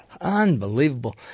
Unbelievable